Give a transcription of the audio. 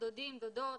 סבא, סבתא, דודים, דודות.